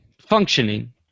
Functioning